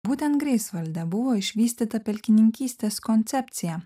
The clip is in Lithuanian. būtent greifsvalde buvo išvystyta pelkininkistės koncepcija